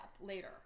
later